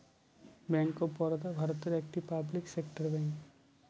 bank of Baroda ভারতের একটি public sector bank